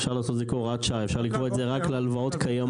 אפשר לעשות את זה כהוראת שעה.